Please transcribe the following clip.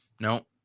No